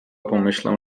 pomyślę